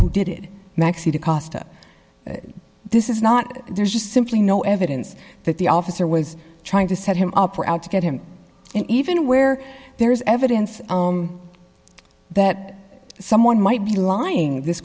who did maxie to costa this is not there's just simply no evidence that the officer was trying to set him up or out to get him and even where there is evidence that someone might be lying this